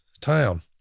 town